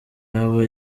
yaba